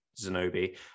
Zenobi